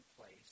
place